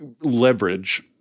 leverage